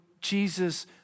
Jesus